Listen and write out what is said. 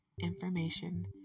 information